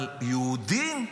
אבל יהודים,